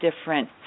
different